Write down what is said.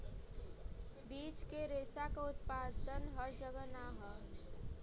बीज के रेशा क उत्पादन हर जगह ना हौ